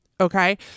Okay